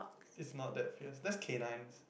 is not that fierce that's canines